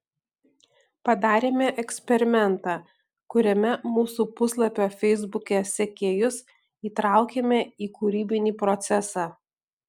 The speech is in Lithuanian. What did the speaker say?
padarėme eksperimentą kuriame mūsų puslapio feisbuke sekėjus įtraukėme į kūrybinį procesą